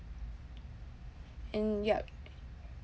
and yup